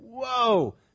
whoa